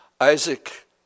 Isaac